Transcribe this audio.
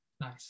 Nice